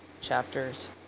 chapters